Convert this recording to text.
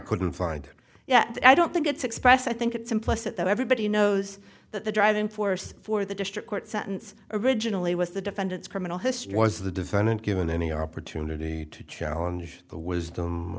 couldn't find it yet i don't think it's express i think it's implicit that everybody knows that the driving force for the district court sentence originally was the defendant's criminal history was the defendant given any opportunity to challenge the wisdom